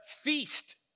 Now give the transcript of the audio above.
feast